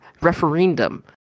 referendum